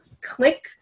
click